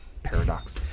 Paradox